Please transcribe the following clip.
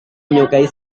menyukai